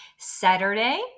Saturday